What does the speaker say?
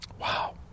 Wow